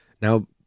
Now